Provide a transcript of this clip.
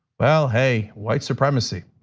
well, hey, white supremacy.